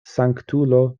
sanktulo